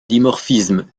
dimorphisme